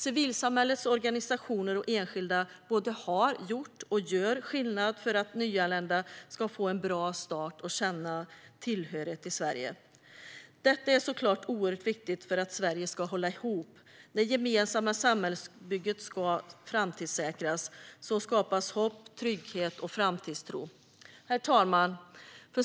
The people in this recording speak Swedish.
Civilsamhällets organisationer och enskilda både har gjort och gör skillnad för att nyanlända ska få en bra start och känna tillhörighet i Sverige. Det är såklart oerhört viktigt för att Sverige ska hålla ihop. Det gemensamma samhällsbygget ska framtidssäkras. Så skapas hopp, trygghet och framtidstro. Herr talman!